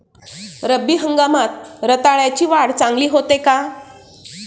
रब्बी हंगामात रताळ्याची वाढ चांगली होते का?